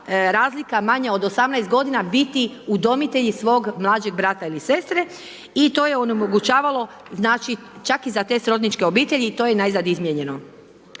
razlika manja od 18 godina, biti udomitelji svog mlađeg brata ili sestre i to je onemogućavalo, znači, čak i za te srodničke obitelji i to je najzad izmijenjeno.